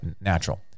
natural